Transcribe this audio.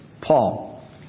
Paul